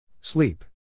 Sleep